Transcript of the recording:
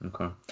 Okay